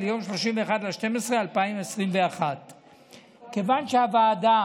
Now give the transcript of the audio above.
ליום 31 בדצמבר 2021. כיוון שהוועדה